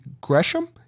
Gresham